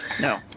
No